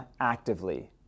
actively